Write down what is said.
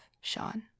Sean